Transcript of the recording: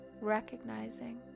recognizing